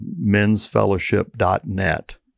mensfellowship.net